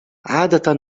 عادة